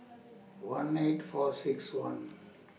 one eight four six one